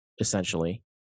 essentially